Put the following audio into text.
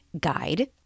guide